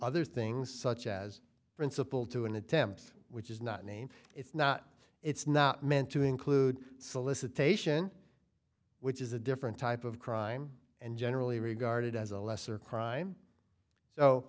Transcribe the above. other things such as principle to an attempt which is not a name it's not it's not meant to include solicitation which is a different type of crime and generally regarded as a lesser crime so